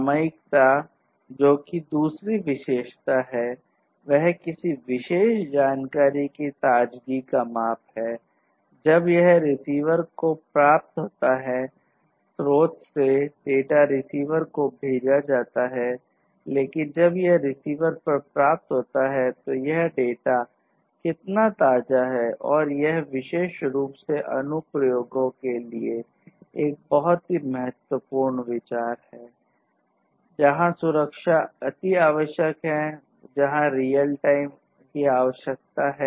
सामयिकता आवश्यकता है